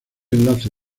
enlace